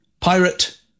pirate